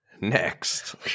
Next